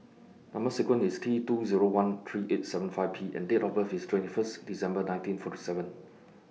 Number sequence IS T two Zero one three eight seven five P and Date of birth IS twenty First December nineteen forty seven